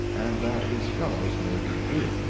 and that his fellows may be few.